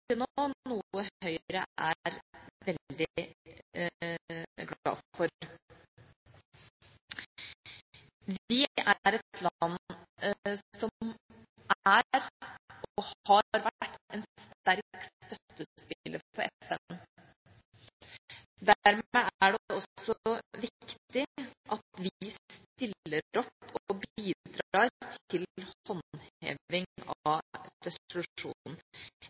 nå, noe Høyre er veldig glad for. Vi er et land som er og har vært en sterk støttespiller for FN. Dermed er det også viktig at vi stiller opp og bidrar til håndheving av resolusjonen.